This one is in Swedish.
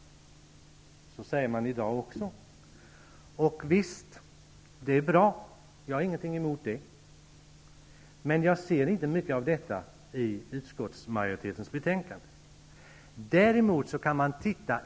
Det säger man i dag också. Ja, visst är det här bra. Jag har alltså inget att invända på den punkten. Men jag ser inte mycket av detta i utskottsmajoritetens skrivning.